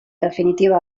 definitiva